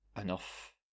enough